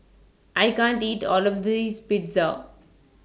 I can't eat All of This Pizza